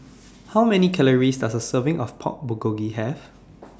How Many Calories Does A Serving of Pork Bulgogi Have